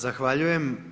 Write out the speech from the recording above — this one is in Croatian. Zahvaljujem.